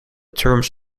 terms